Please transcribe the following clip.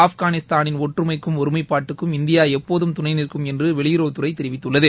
ஆப்கானிஸ்தானின் ஒற்றுமைக்கும் ஒருமைப்பாட்டுக்கும் இந்தியா எப்போதும் துணை நிற்கும் என்று வெளியுறவுத்துறை தெரிவித்துள்ளது